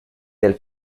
del